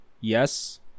yes